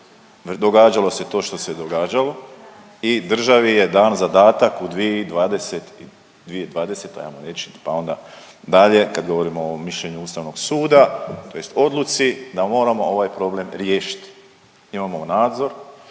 događalo se to što se događalo i državi je dan zadatak u 2020, 2020. ajmo reći pa onda dalje, kad govorimo o mišljenju Ustavnog suda, tj. odluci da moramo ovaj problem riješiti. Imamo nadzor